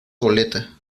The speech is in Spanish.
goleta